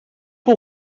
que